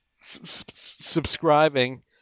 subscribing